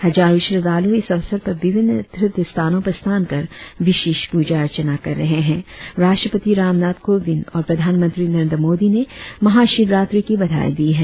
हजारों श्रद्धालू इस अवसर पर विभिन्न तीर्थस्थलों पर स्नान कर विशेष पूजा अर्चना कर रहे हैं राष्ट्रपति रामनाथ कोविंद और प्रधानमंत्री नरेंद्र मोदी ने महाशिवरात्रिकी बधाई दी है